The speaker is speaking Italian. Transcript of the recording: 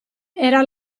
era